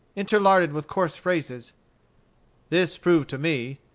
interlarded with coarse phrases this proved to me,